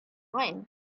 find